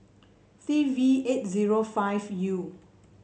C V eight zero five U